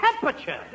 temperature